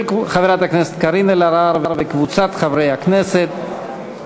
של חברת הכנסת קארין אלהרר וקבוצת חברי הכנסת,